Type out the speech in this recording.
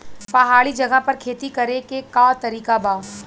पहाड़ी जगह पर खेती करे के का तरीका बा?